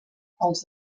els